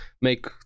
make